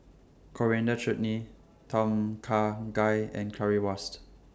Coriander Chutney Tom Kha Gai and Currywurst